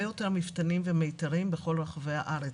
יותר מפתנים ומיתרים בכל רחבי הארץ.